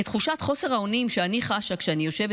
את תחושת חוסר האונים שאני חשה כשאני יושבת